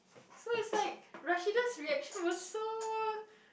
so it's like Rashidah's reaction was so